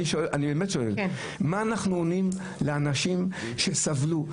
אני באמת שואל: מה אנחנו עונים לאנשים שסבלו?